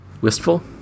Wistful